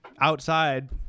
outside